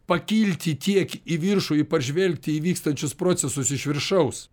pakilti tiek į viršų į pažvelgti į vykstančius procesus iš viršaus